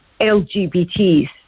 LGBTs